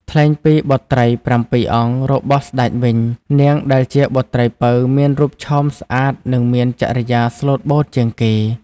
ថ្លែងពីបុត្រីប្រាំពីរអង្គរបស់ស្ដេចវិញ នាងដែលជាបុត្រីពៅមានរូបឆោមស្អាតនិងមានចរិយាស្លូតបូតជាងគេ។